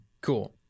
Cool